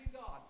God